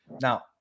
Now